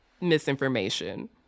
misinformation